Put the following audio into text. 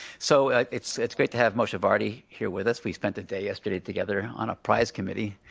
so it's it's great to have moshe vardi here with us. we spent the day yesterday together on a prize committee,